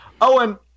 Owen